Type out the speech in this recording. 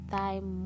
time